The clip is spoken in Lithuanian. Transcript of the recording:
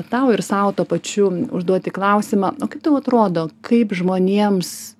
tau ir sau tuo pačiu užduoti klausimą o kaip tau atrodo kaip žmonėms